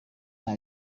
nta